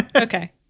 Okay